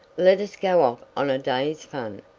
let us go off on a day's fun.